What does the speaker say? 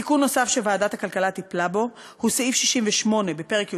תיקון נוסף שוועדת הכלכלה טיפלה בו הוא סעיף 68 בפרק י"ד,